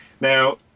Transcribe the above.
now